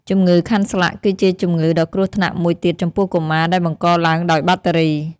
ជំងឺខាន់ស្លាក់គឺជាជំងឺដ៏គ្រោះថ្នាក់មួយទៀតចំពោះកុមារ ដែលបង្កឡើងដោយបាក់តេរី។